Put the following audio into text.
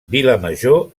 vilamajor